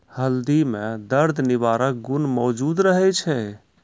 हल्दी म दर्द निवारक गुण मौजूद रहै छै